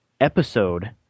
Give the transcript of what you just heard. episode